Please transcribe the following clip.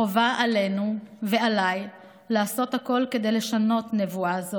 חובה עלינו ועליי לעשות הכול כדי לשנות נבואה זו,